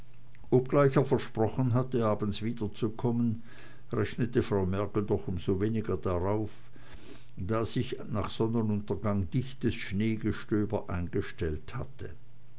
obgleich er versprochen hatte abends wiederzukommen rechnete frau mergel doch um so weniger darauf da sich nach sonnenuntergang dichtes schneegestöber eingestellt hatte